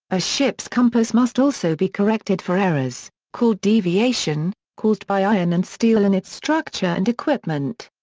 a ship's compass must also be corrected for errors, called deviation, caused by iron and steel in its structure and equipment.